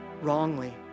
wrongly